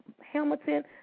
Hamilton